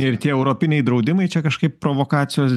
ir tie europiniai draudimai čia kažkaip provokacijos